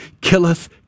killeth